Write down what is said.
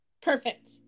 perfect